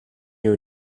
new